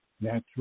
natural